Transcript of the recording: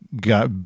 got